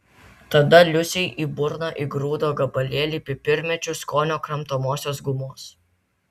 tada liusei į burną įgrūdo gabalėlį pipirmėčių skonio kramtomosios gumos